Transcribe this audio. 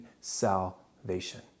salvation